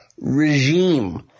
regime